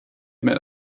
mit